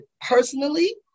personally